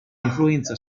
influenza